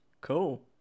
Cool